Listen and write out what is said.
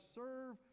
serve